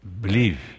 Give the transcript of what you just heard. believe